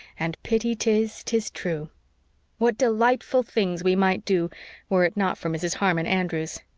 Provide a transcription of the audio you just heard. and pity tis, tis true what delightful things we might do were it not for mrs. harmon andrews!